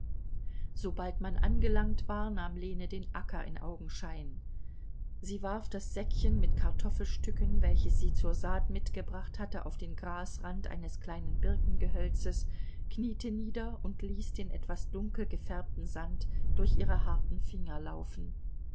sobald man angelangt war nahm lene den acker in augenschein sie warf das säckchen mit kartoffelstücken welches sie zur saat mitgebracht hatte auf den grasrand eines kleinen birkengehölzes kniete nieder und ließ den etwas dunkel gefärbten sand durch ihre harten finger laufen